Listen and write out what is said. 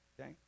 okay